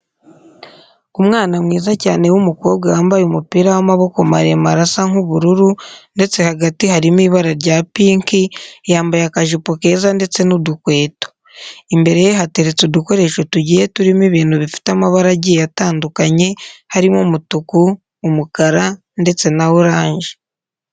Umwana mwiza cyane w'umukobwa wambaye umupira w'amaboko maremare asa nk'ubururu ndetse hagati harimo ibara rya pinki, yambaye akajipo keza ndetse n'udukweto. Imbere ye hateretse udukoresho tugiye turimo ibintu bifite amabara agitye atandukanye harimo umutuku, umukara, ndetse na oranje.